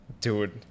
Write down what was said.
dude